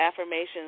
affirmations